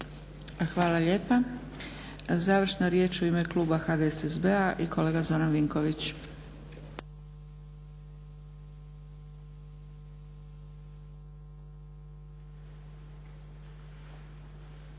Hvala lijepa. Završna riječ u ime kluba HDSSB-a i kolega Zoran Vinković.